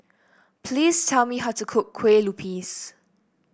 please tell me how to cook Kue Lupis